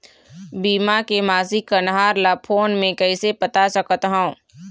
बीमा के मासिक कन्हार ला फ़ोन मे कइसे पता सकत ह?